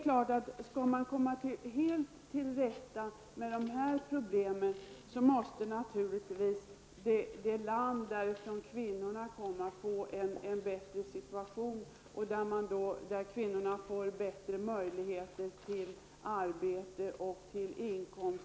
Skall man helt komma till rätta med de här problemen måste naturligtvis situationen bli bättre i de länder varifrån kvinnorna kommer. Där måste kvinnorna få bättre möjligheter till arbete och inkomst.